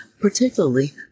particularly